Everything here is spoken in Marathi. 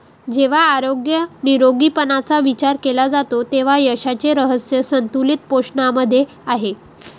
जेव्हा आरोग्य निरोगीपणाचा विचार केला जातो तेव्हा यशाचे रहस्य संतुलित पोषणामध्ये आहे